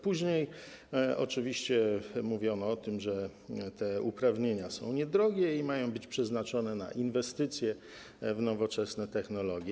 Później oczywiście mówiono o tym, że te uprawnienia są niedrogie i mają być przeznaczone na inwestycję w nowoczesne technologie.